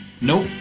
Nope